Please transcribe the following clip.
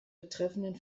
betreffenden